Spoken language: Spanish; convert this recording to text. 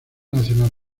nacional